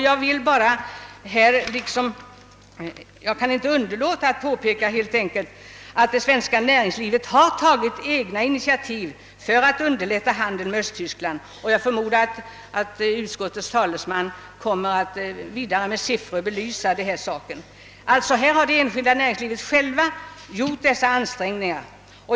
Jag kan inte underlåta att i detta sammanhang påpeka att det svenska näringslivet har tagit egna initiativ för att underlätta handeln med Östtyskland; jag förmodar att utskottets talesman kommer att med siffror belysa dessa ting.